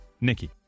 Nikki